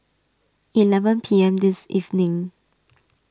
eleven P M this evening